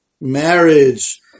marriage